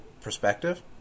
perspective